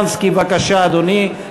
(תיקוני חקיקה להשגת יעדי התקציב לשנים 2013 ו-2014)